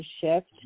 shift